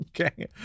Okay